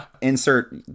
insert